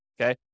Okay